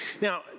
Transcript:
Now